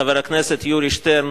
חבר הכנסת יורי שטרן,